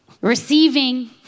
receiving